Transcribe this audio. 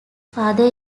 father